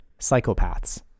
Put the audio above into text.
psychopaths